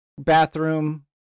bathroom